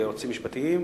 ליועצים המשפטיים,